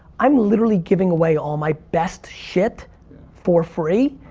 i'm literally giving away all my best shit for free.